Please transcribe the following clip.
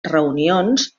reunions